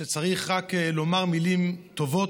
שצריך רק לומר מילים טובות,